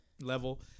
level